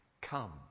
come